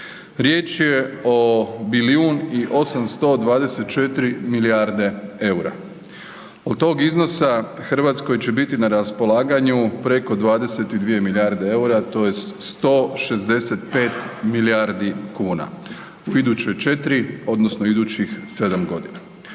Riječ je o bilijun i 824 milijarde eura. Od tog iznosa Hrvatskoj će biti na raspolaganju preko 22 milijarde eura, to je 165 milijardi kuna u iduće 4 odnosno idućih 7 godina.